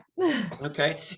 Okay